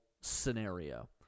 scenario